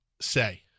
say